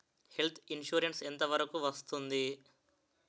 Health insurance ఎంత వరకు వస్తుంది?